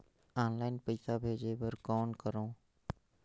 Online पईसा भेजे बर कौन करव?